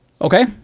okay